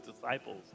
disciples